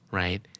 right